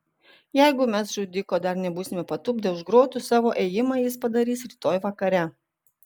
jeigu mes žudiko dar nebūsime patupdę už grotų savo ėjimą jis padarys rytoj vakare